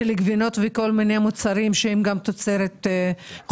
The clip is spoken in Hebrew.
כמו גבינות וכל מיני מוצרים תוצרת חו"ל.